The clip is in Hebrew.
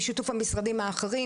בשיתוף המשרדים האחרים,